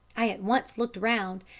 i at once looked round,